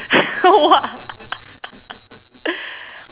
!wah!